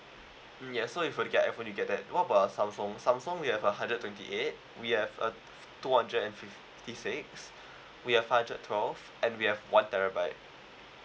mm ya so if you would to get iphone you get that what about Ssamsung Samsung we have a hundred twenty eight we have uh two hundred and fifty six we have five hundred twelve and we have one terabyte